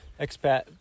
expat